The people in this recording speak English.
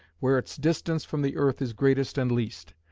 where its distance from the earth is greatest and least.